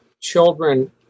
children